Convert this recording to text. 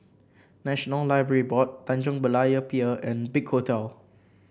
National Library Board Tanjong Berlayer Pier and Big Hotel